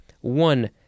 one